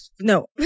no